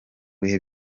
bihe